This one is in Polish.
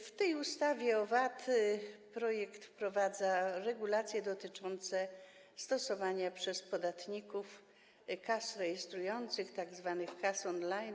W ustawie o VAT projekt wprowadza regulacje dotyczące stosowania przez podatników kas rejestrujących, tzw. kas on-line.